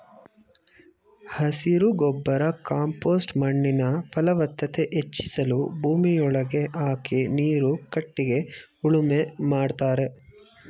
ಹಸಿರು ಗೊಬ್ಬರ ಕಾಂಪೋಸ್ಟ್ ಮಣ್ಣಿನ ಫಲವತ್ತತೆ ಹೆಚ್ಚಿಸಲು ಭೂಮಿಯೊಳಗೆ ಹಾಕಿ ನೀರು ಕಟ್ಟಿಗೆ ಉಳುಮೆ ಮಾಡ್ತರೆ